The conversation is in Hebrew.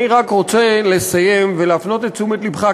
אני רק רוצה לסיים ולהפנות את תשומת לבך,